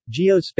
geospatial